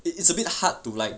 it's a bit hard to like